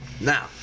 Now